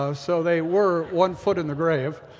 um so they were one foot in the grave.